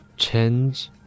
Change